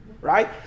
right